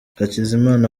hakizimana